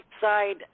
side